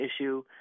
issue